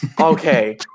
Okay